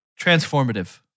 Transformative